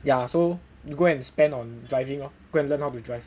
ya so you go and spend on driving lor go and learn to drive